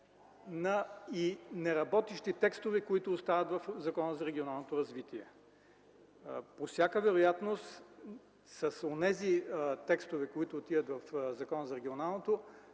и неработещи текстове, които остават в Закона за регионалното развитие. По всяка вероятност с онези текстове, които отиват в Закона за регионалното